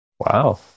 Wow